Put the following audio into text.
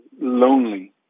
lonely